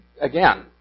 Again